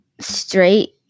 straight